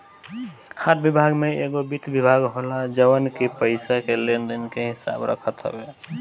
हर विभाग में एगो वित्त विभाग होला जवन की पईसा के लेन देन के हिसाब रखत हवे